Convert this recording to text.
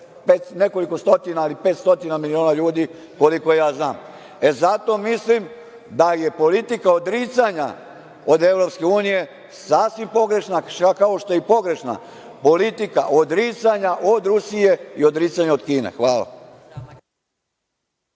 nekoliko stotina, ali pet stotina miliona ljudi, koliko ja znam. Zato mislim da je politika odricanja od EU sasvim pogrešna, kao što je i pogrešna politika odricanja od Rusije i odricanja od Kine. Hvala.